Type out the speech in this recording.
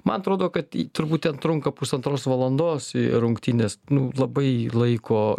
man atrodo kad turbūt ten trunka pusantros valandos į rungtynės nu labai laiko